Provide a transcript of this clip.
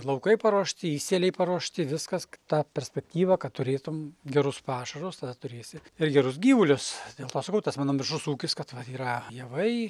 laukai paruošti įsėliai paruošti viskas ta perspektyva kad turėtum gerus pašarus tada turėsi ir gerus gyvulius dėl to sakau tas mano mišrus ūkis kad yra javai